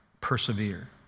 persevere